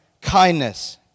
kindness